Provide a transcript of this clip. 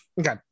Okay